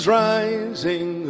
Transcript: rising